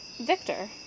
Victor